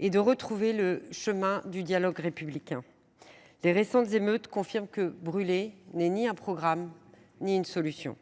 et de retrouver le chemin du dialogue républicain. Les récentes émeutes confirment que brûler n’est ni un programme ni une solution.